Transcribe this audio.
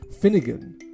Finnegan